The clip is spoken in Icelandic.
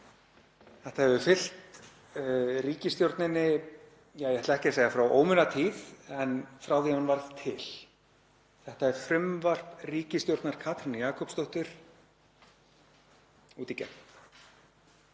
Þetta hefur fylgt ríkisstjórninni, ég ætla ekki að segja frá ómunatíð en frá því að hún varð til. Þetta er frumvarp ríkisstjórnar Katrínar Jakobsdóttur út í gegn.